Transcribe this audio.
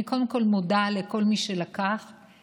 אני קודם כול מודה לכל מי שלקח חלק,